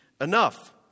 enough